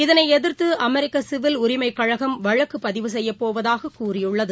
இதனை எதிர்த்து அமெரிக்க சிவில் உரிமைக்கழகம் வழக்கு பதிவு செய்யப்போவதாகக் கூறியுள்ளது